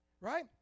Right